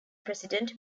president